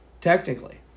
Technically